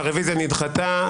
הרוויזיה נדחתה.